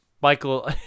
Michael